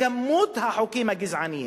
כמות החוקים הגזעניים,